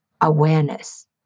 Awareness